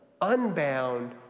unbound